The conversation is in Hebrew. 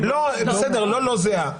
בסדר, לא לא זהה.